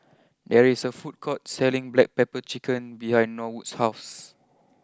there is a food court selling Black Pepper Chicken behind Norwood's house